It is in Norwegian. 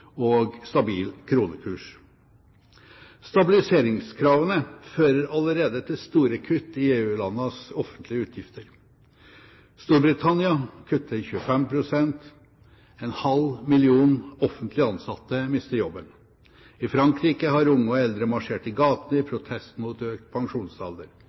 og stabil kronekurs. Stabiliseringskravene fører allerede til store kutt i EU-landenes offentlige utgifter. Storbritannia kutter 25 pst. En halv million offentlig ansatte mister jobben. I Frankrike har unge og eldre marsjert i gatene i protest mot økt pensjonsalder.